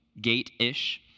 gate-ish